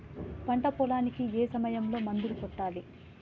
పంట పొలానికి ఏ సమయంలో మందులు కొట్టాలి?